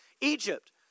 Egypt